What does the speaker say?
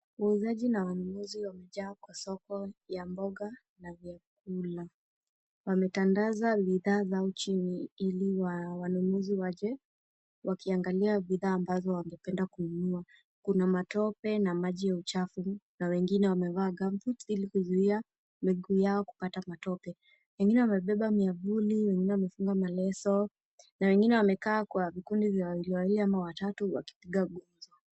Wauzaji na Wanunuzi wamejaa kwa kwa soko ya mboga na vyakula. Wametandaza bidhaa zao chini ili wanunuzi waje, wakiangalia bidhaa ambazo wamependa kununua. Kuna matope na maji ya uchafu, na wengine wamevaa gumboots ili kuzuia miguu yao kupata matope. Wengine wamebeba miavuli, wengine wamefunga maleso, na wengine wamekaa kwa vikundi vya wawiliwawili ama watatu wakipiga gumzo.